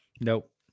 Nope